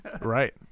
right